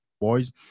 boys